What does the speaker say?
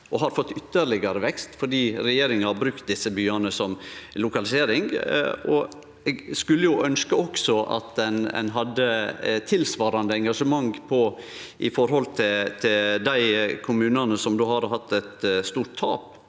og fått ytterlegare vekst fordi regjeringa har brukt desse byane som lokalisering. Eg skulle ønskt at ein hadde eit tilsvarande engasjement for dei kommunane som då hadde hatt eit stort tap